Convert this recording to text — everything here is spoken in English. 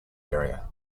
area